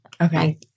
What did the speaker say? Okay